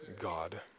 God